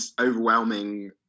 overwhelming